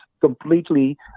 completely